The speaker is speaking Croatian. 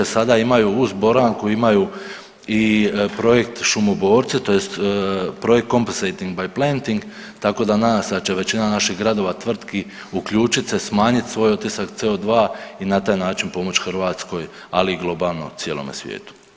Sada imaju uz Boranku imaju i projekt Šumoborci tj. projekt COMPENSATING BY PLANTING tako da nadam se da će većina naših gradova, tvrtki uključit se smanjit svoj otisak CO2 i na taj način pomoć Hrvatskoj ali i globalno cijelome svijetu.